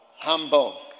humble